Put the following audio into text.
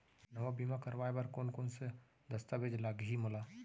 नवा बीमा करवाय बर कोन कोन स दस्तावेज लागही मोला?